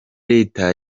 reta